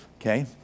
Okay